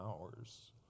hours